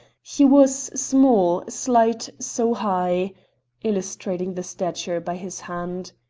he was small, slight, so high illustrating the stature by his hand.